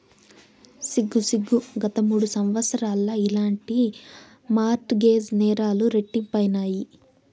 సిగ్గు సిగ్గు, గత మూడు సంవత్సరాల్ల ఇలాంటి మార్ట్ గేజ్ నేరాలు రెట్టింపైనాయి